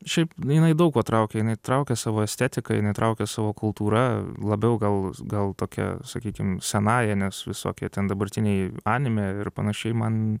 šiaip nu jinai daug kuo traukia jinai traukia savo estetika jinai traukia savo kultūra labiau gal gal tokia sakykim senąja nes visokie ten dabartiniai animė ir panašiai man